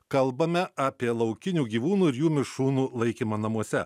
kalbame apie laukinių gyvūnų ir jų mišrūnų laikymą namuose